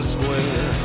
Square